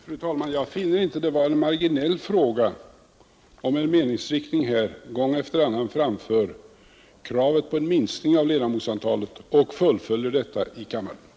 Fru talman! Jag finner det inte vara en marginell fråga om företrädarna för en meningsriktning gång efter annan framför kravet på en minskning av ledamotsantalet och fullföljer detta krav i kammaren.